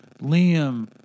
Liam